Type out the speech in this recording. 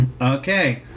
Okay